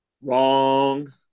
Wrong